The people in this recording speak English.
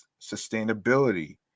sustainability